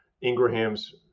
Ingraham's